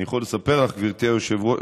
אני יכול לספר לך, גברתי היושבת-ראש,